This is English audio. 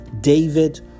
David